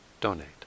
donate